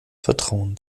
vertrauen